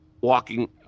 walking